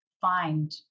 find